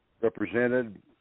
represented